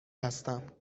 هستم